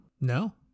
No